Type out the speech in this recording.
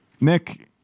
Nick